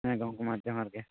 ᱦᱮᱸ ᱜᱚᱝᱠᱮ ᱢᱟ ᱡᱚᱦᱟᱨᱜᱮ